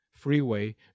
Freeway